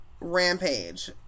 rampage